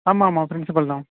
ஆமாம்மா பிரின்சிபல் தான்